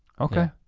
okay.